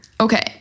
Okay